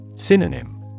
Synonym